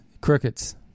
crickets